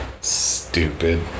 Stupid